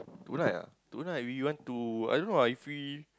tonight ah tonight we want to I don't know ah if we